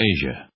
Asia